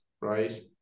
right